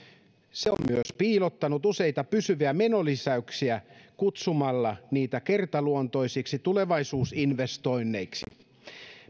se on myös piilottanut useita pysyviä menolisäyksiä kutsumalla niitä kertaluontoisiksi tulevaisuusinvestoinneiksi